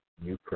new